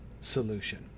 solution